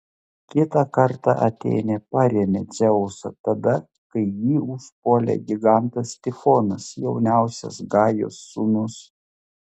kitą kartą atėnė parėmė dzeusą tada kai jį užpuolė gigantas tifonas jauniausias gajos sūnus